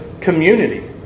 community